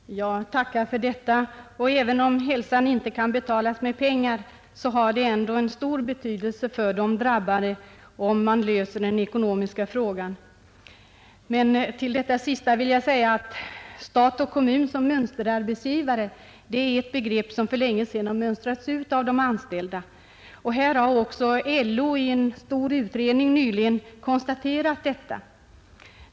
Herr talman! Jag tackar för detta. Även om hälsan inte kan betalas med pengar, har det stor betydelse för de drabbade att man löser den ekonomiska frågan. Till det sista vill jag säga att stat och kommun som mönsterarbetsgivare är ett begrepp som för länge sedan mönstrats ut av de anställda. Också LO har nyligen i en stor utredning konstaterat detta.